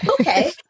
Okay